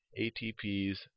ATPs